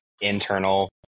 internal